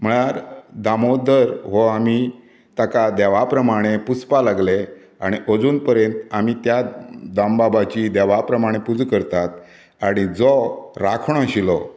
म्हळ्यार दामोदर हो आमी ताका देवा प्रमाणें पुजपाक लागले आनी अजून पर्यंत आमी त्या दामबाबाची देवा प्रमाणे पुजा करतात आणी जो राखणो आशिल्लो